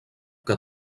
que